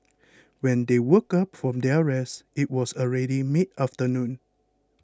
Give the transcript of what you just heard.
when they woke up from their rest it was already mid afternoon